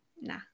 nah